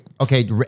Okay